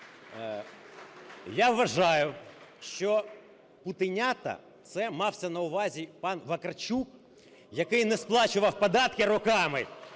Я вважаю, що "путінята" – це мався на увазі пан Вакарчук, який не сплачував податки роками